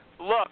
look